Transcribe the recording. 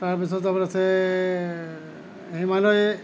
তাৰপিছত আপোনাৰ আছে হিমালয়